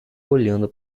olhando